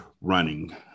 running